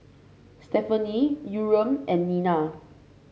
Stefani Yurem and Nina